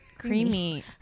creamy